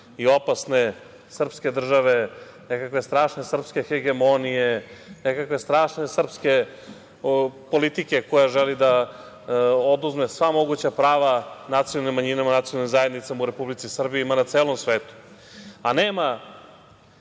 i opasne srpske države, nekakve strašne srpske hegemonije, nekakve strašne srpske politike koja želi da oduzme sva moguća prava nacionalnim manjinama, nacionalnim zajednicama u Republici Srbiji, ma na celom svetu. Nema,